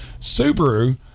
subaru